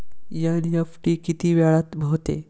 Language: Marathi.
एन.इ.एफ.टी किती वेळात होते?